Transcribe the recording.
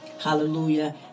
Hallelujah